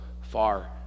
far